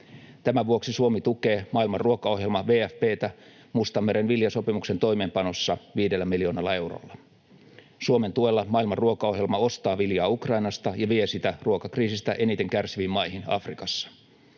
Tämän vuoksi Suomi tukee Maailman ruokaohjelma WFP:tä Mustanmeren viljasopimuksen toimeenpanossa 5 miljoonalla eurolla. Suomen tuella Maailman ruokaohjelma ostaa viljaa Ukrainasta ja vie sitä ruokakriisistä eniten kärsiviin maihin Afrikassa.